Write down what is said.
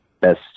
best